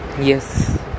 Yes